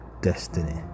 destiny